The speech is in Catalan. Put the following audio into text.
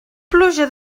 pluja